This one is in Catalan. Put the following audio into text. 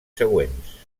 següents